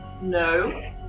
No